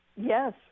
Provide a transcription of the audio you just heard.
Yes